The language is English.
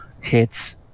hits